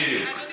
בדיוק.